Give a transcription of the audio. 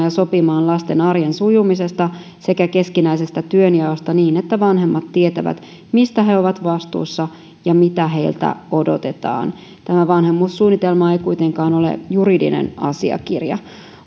ja sopimaan lasten arjen sujumisesta sekä keskinäisestä työnjaosta niin että vanhemmat tietävät mistä he ovat vastuussa ja mitä heiltä odotetaan tämä vanhemmuussuunnitelma ei kuitenkaan ole juridinen asiakirja